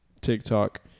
tiktok